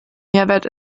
mehrwert